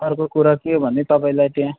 अर्को कुरो के भने तपाईँलाई त्यहाँ